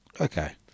Okay